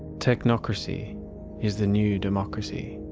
technocracy is the new democracy